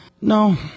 no